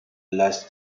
last